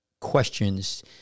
questions